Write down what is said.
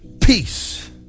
peace